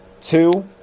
Two